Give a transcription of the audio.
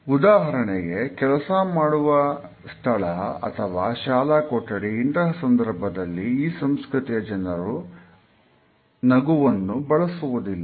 ಉದಾಹರಣೆಗೆ ಕೆಲಸ ಮಾಡುವ ಸ್ಥಳ ಅಥವಾ ಶಾಲಾ ಕೊಠಡಿ ಇಂತಹ ಸಂದರ್ಭದಲ್ಲಿ ಈ ಸಂಸ್ಕೃತಿಯ ಜನರು ನಗುವನ್ನು ಬಳಸುವುದಿಲ್ಲ